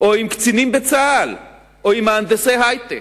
עם קצינים בצה"ל או עם מהנדסי היי-טק.